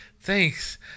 Thanks